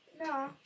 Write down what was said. No